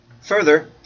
Further